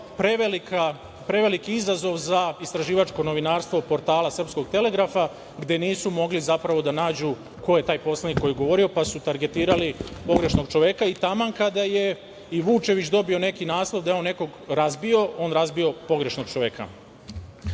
preveliki izazov za istraživačko novinarstvo portala „Srpskog telegrafa“ gde nisu mogli zapravo da nađu ko je taj poslanik koji je govorio, pa su targetirali pogrešnog čoveka. Taman kada je i Vučević dobio neki naslov da je on nekog razbio, on je razbio pogrešnog čoveka. Stvari